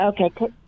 Okay